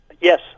Yes